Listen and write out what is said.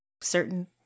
Certain